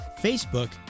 Facebook